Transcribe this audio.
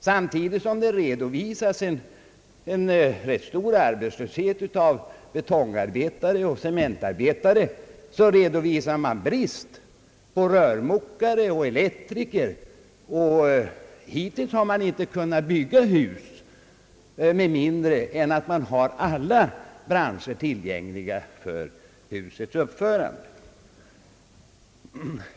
Samtidigt som det redovisas en rätt stor arbetslöshet bland betongarbetare och cementarbetare redovisas brist på rörmokare och elektriker, och hittills har man inte kunnat bygga hus med mindre än att man har yrkesmän inom alla branscher tillgängliga för ett bygges uppförande.